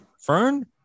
Fern